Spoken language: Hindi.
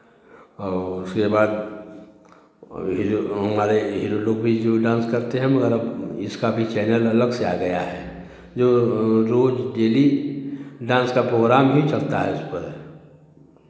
और उसके बाद और यही जो हमारे हीरो लोग भी जो ये डांस करते हैं मगर अब इसका भी चैनल अलग से आ गया है जो रोज डेली डांस का प्रोग्राम ही चलता है उस पर